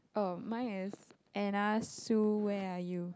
oh mine is Anna Sue where are you